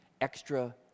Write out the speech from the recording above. Extra